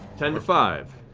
ten to five.